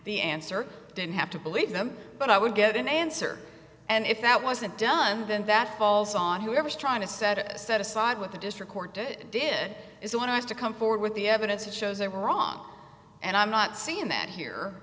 the answer didn't have to believe them but i would get an answer and if that wasn't done then that falls on whoever's trying to set it set aside with the district court they did is they want to come forward with the evidence that shows they were wrong and i'm not seeing that here